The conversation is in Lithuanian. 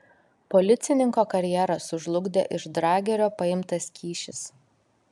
policininko karjerą sužlugdė iš dragerio paimtas kyšis